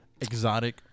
Exotic